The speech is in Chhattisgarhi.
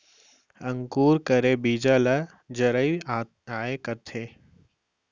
अंकुर करे बीजा ल जरई आए कथें